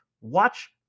Watch